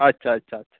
আচ্ছা আচ্ছা আচ্ছা